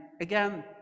again